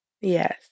Yes